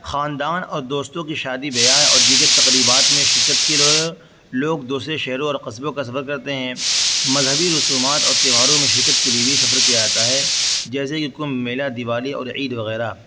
خاندان اور دوستوں کی شادی بیاہ اور دیگر تقریبات میں شرکت کی لوگ دوسرے شہروں اور قصبوں کا سفر کرتے ہیں مذہبی رسومات اور تیوہاروں میں شرکت کے لیے بھی سفر کیا جاتا ہے جیسے کہ کمبھ میلہ دیوالی اور عید وغیرہ